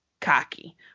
cocky